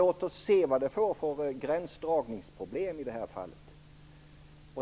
Låt oss se vad det blir för gränsdragningsproblem i det här fallet.